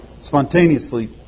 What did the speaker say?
spontaneously